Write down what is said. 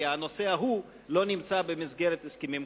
כי הנושא ההוא לא נמצא במסגרת הסכמים קואליציוניים.